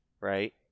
right